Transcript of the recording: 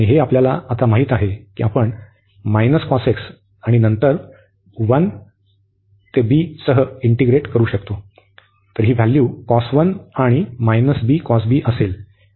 आणि हे आपल्याला आता माहित आहे की हे आपण आणि नंतर 1 ते b सह इंटिग्रेट करू शकतो तर ही व्हॅल्यू आणि असेल आणि आपण तिथे एबसोल्यूट व्हॅल्यू घेऊ